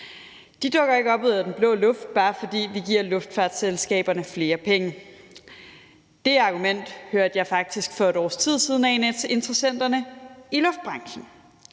De dukker ikke op ud af den blå luft, bare fordi vi giver luftfartsselskaberne flere penge. Det argument hørte jeg faktisk for et års tid siden af en af interessenterne i luftfartsbranchen.